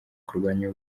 kurwanya